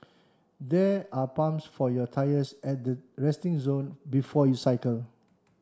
there are pumps for your tyres at the resting zone before you cycle